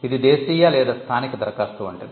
ఇది దేశీయ లేదా స్థానిక దరఖాస్తు వంటిది